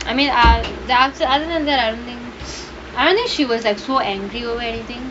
I mean uh other than that I don't think I don't think she was like so angry over anything